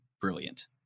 brilliant